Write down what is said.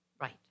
right